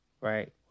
right